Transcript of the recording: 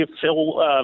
Phil